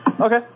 Okay